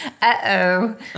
Uh-oh